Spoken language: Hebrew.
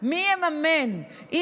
מי יממן בכלל?